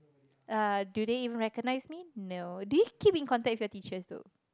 uh do they even recognise me no do you keep in contact with your teachers though